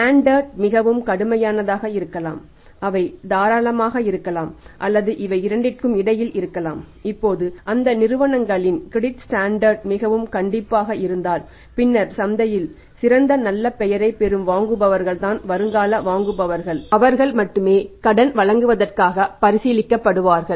standard மிகவும் கண்டிப்பாக இருந்தால் பின்னர் சந்தையில் சிறந்த நல்ல பெயரைப் பெறும் வாங்குபவர்கள்தான் வருங்கால வாங்குபவர்கள் அவர்கள் மட்டுமே கடன் வழங்குவதற்காக பரிசீலிக்கப்படுவார்கள்